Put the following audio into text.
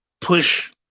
push